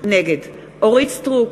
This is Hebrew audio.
נגד אורית סטרוק,